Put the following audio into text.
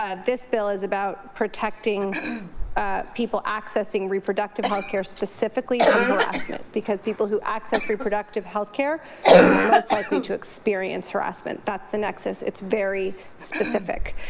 ah this bill is about protecting people accessing reproductive health care specifically from harassment because people who access reproductive health care are the most likely to experience harassment that's the nexus. it's very specific.